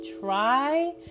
try